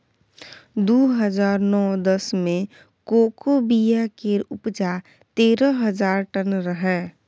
दु हजार नौ दस मे कोको बिया केर उपजा तेरह हजार टन रहै